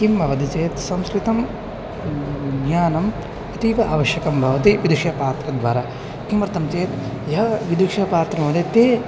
किं भवति चेत् संस्कृतं ज्ञानम् इतीव आवश्यकं भवति विदुषपात्रद्वारा किमर्थं चेत् यः विदुषपात्रं वदति